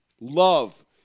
love